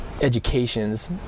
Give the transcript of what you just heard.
educations